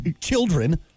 children